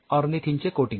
ऑर्निथिनचे coating